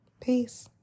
Peace